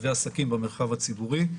ועסקים במרחב הציבורי.